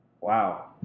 Wow